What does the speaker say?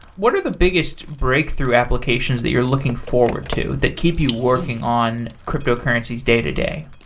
what are the biggest breakthrough applications that you're looking forward to that keep you working on cryptocurrencies day-to-day?